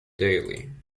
daily